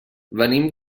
venim